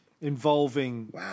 involving